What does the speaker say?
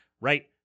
right